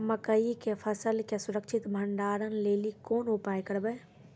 मकई के फसल के सुरक्षित भंडारण लेली कोंन उपाय करबै?